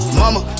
Mama